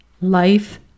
Life